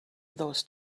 those